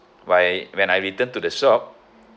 why when I return to the shop